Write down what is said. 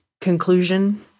conclusion